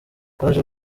baje